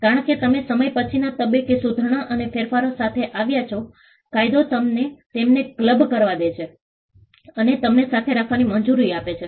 કારણ કે તમે સમય પછીના તબક્કે સુધારણા અને ફેરફારો સાથે આવ્યા છો કાયદો તમને તેમને ક્લબ કરવા દે છે અને તેમને સાથે રાખવાની મંજૂરી આપે છે